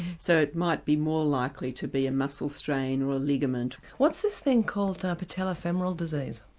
so it might be more likely to be a muscle strain or a ligament. what's this thing called patello-femoral disease?